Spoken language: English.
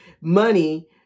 money